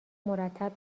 مرتب